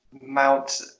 Mount